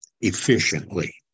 efficiently